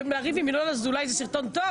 לריב עם ינון אזולאי זה סרטון טוב?